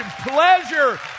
pleasure